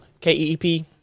k-e-e-p